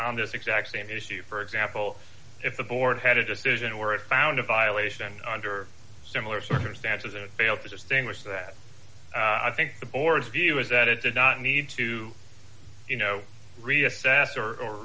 on this exact same issue for example if the board had a decision or it found a violation under similar circumstances and it failed to distinguish that i think the board's view is that it did not need to you know reassess or